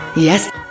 Yes